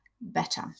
better